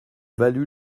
valu